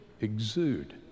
exude